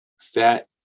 fat